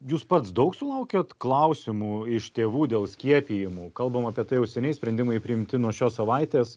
jūs pats daug sulaukiat klausimų iš tėvų dėl skiepijimų kalbam apie tai jau seniai sprendimai priimti nuo šios savaitės